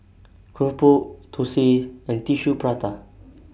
Keropok Thosai and Tissue Prata